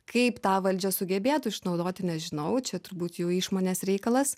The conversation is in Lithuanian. kaip tą valdžia sugebėtų išnaudoti nežinau čia turbūt jų išmonės reikalas